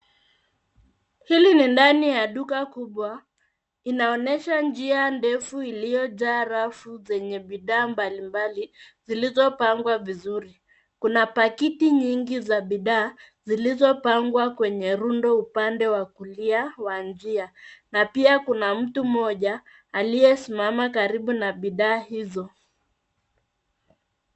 Hili ni ndani ya duka kubwa. Inaonyesha njia ndefu iliyojaa rafu zenye bidhaa mbalimbali zilizopangwa vizuri. Kuna pakiti nyingi za bidhaa zilizopangwa kwenye rundo upande wa kulia wa njia na pia kuna mtu mmoja aliyesimama karibu na bidhaa hizo.